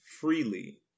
Freely